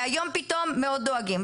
והיום פתאום מאוד דואגים.